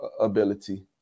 ability